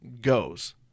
goes